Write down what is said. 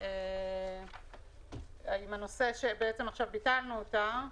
בנושא שביטלנו אותה עכשיו,